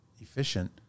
efficient